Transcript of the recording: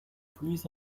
pluies